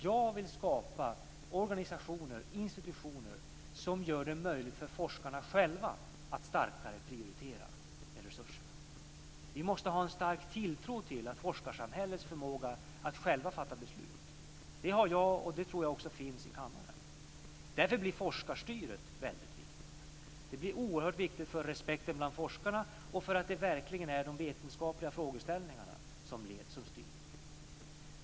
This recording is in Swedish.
Jag vill skapa organisationer och institutioner som gör det möjligt för forskarna själva att starkare prioritera med resurserna. Vi måste ha en stark tilltro till forskarsamhällets förmåga att själv fatta beslut. Det har jag, och det tror jag att man har i kammaren. Därför blir forskarstyret väldigt viktigt. Det blir oerhört viktigt för respekten bland forskarna och för att det verkligen är de vetenskapliga frågeställningarna som styr.